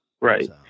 Right